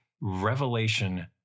revelation